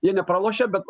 jie nepralošia bet